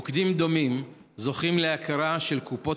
מוקדים דומים זוכים להכרה של קופות